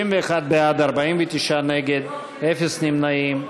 61, בעד, 49, נגד, אפס נמנעים.